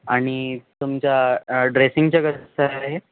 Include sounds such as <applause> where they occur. आणि तुमच्या ड्रेसिंगच्या <unintelligible> कसा आहे